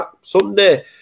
Sunday